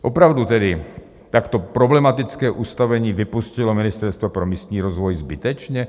Opravdu tedy takto problematické ustanovení vypustilo Ministerstvo pro místní rozvoj zbytečně?